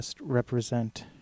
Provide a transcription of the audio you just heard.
represent